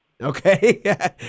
Okay